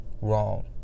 wrong